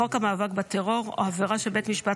בחוק המאבק בטרור או עבירה שבית משפט